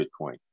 Bitcoin